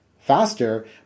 faster